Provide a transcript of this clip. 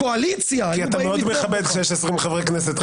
מהקואליציה- -- כי אתה מאוד מכבד כשיש 20 חברי כנסת.